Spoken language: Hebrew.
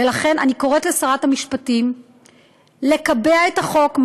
ולכן אני קוראת לשרת המשפטים לקבע את החוק.